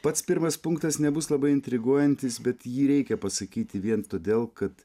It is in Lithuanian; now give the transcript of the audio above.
pats pirmas punktas nebus labai intriguojantis bet jį reikia pasakyti vien todėl kad